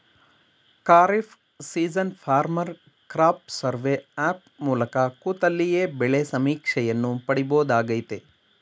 kharif season farmer crop survey app ಮೂಲಕ ಕೂತಲ್ಲಿಯೇ ಬೆಳೆ ಸಮೀಕ್ಷೆಯನ್ನು ಪಡಿಬೋದಾಗಯ್ತೆ